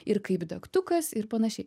ir kaip degtukas ir panašiai